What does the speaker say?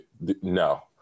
no